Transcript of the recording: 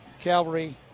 Calvary